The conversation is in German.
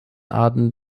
arten